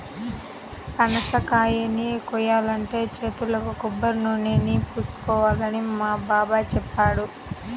పనసకాయని కోయాలంటే చేతులకు కొబ్బరినూనెని పూసుకోవాలని మా బాబాయ్ చెప్పాడు